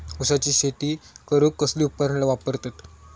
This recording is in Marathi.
ऊसाची शेती करूक कसली उपकरणा वापरतत?